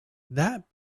that